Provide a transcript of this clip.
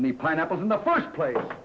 me pineapples in the first place